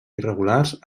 irregulars